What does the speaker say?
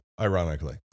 ironically